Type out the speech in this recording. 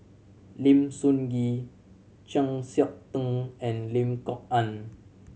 Lim Sun Gee Chng Seok Tin and Lim Kok Ann